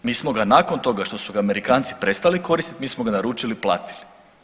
Mi smo ga nakon toga što su ga Amerikanci prestali koristi mi smo ga naručili i platili.